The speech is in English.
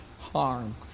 harm